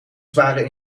zware